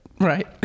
Right